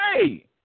hey